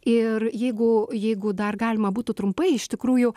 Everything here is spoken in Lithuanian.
ir jeigu jeigu dar galima būtų trumpai iš tikrųjų